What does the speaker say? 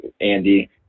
Andy